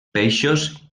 peixos